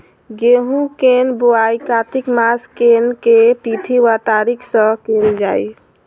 गेंहूँ केँ बोवाई कातिक मास केँ के तिथि वा तारीक सँ कैल जाए?